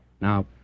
Now